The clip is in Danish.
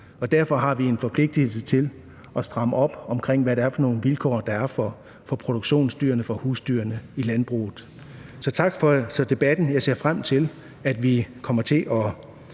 Derfor har vi en forpligtelse til at stramme op omkring, hvad det er for nogen vilkår, der er for produktionsdyrene, for husdyrene i landbruget. Så tak for debatten. Jeg ser frem til, at vi kommer til at